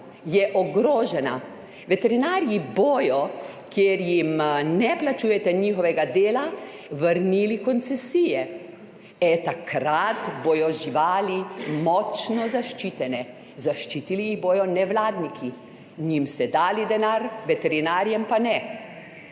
je ogrožena. Veterinarji bodo, ker jim ne plačujete njihovega dela, vrnili koncesije. Takrat bodo živali močno zaščitene, zaščitili jih bodo nevladniki, njim ste dali denar, veterinarjem pa ne.